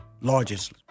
Largest